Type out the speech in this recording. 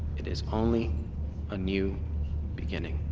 it is only a new beginning